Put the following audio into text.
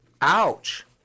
Ouch